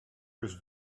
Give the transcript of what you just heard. his